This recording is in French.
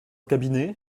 cabinet